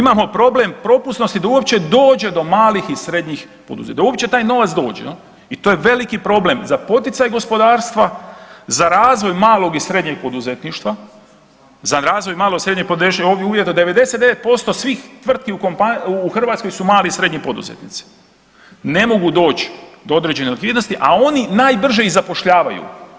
Imamo problem propusnosti da uopće dođe do malih i srednjih poduzeća, da uopće taj novac dođe jel i to je veliki problem za poticaj gospodarstva, za razvoj malog i srednjeg poduzetništva, za razvoj malog i srednjeg poduzetništva, ovdje je uvjet da 99% svih tvrtki u Hrvatskoj su mali i srednji poduzetnici, ne mogu doći do određene likvidnosti, a oni najbrže i zapošljavaju.